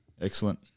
Excellent